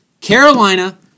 Carolina